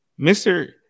Mr